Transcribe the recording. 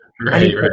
Right